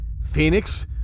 Phoenix